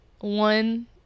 One